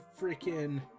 freaking